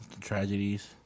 Tragedies